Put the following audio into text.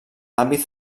l’àmbit